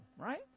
right